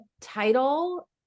title